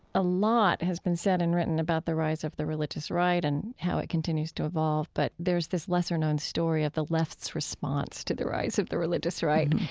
a lot has been said and written about the rise of the religious right and how it continues to evolve, but there's this lesser-known story of the left's response to the rise of the religious right.